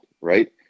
right